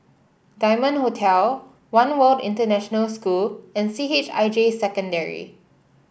Diamond Hotel One World International School and C H I J Secondary